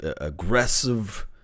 aggressive